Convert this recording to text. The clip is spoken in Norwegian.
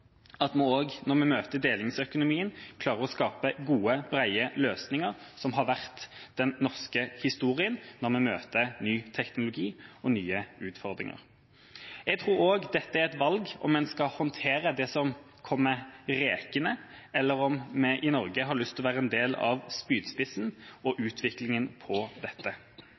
at vi også når vi møter delingsøkonomien, klarer å skape gode, brede løsninger, som har vært den norske historien når vi møter ny teknologi og nye utfordringer. Jeg tror også dette er et valg om en skal håndtere det som kommer rekende, eller om vi i Norge har lyst til å være en del av spydspissen og utviklingen på dette.